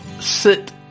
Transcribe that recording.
Sit